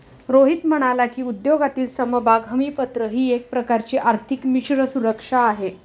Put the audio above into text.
रोहित म्हणाला की, उद्योगातील समभाग हमीपत्र ही एक प्रकारची आर्थिक मिश्र सुरक्षा आहे